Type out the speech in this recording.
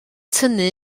tynnu